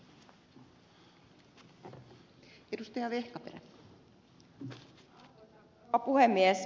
arvoisa rouva puhemies